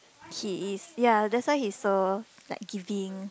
he is ya that's so like giving